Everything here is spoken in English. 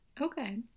okay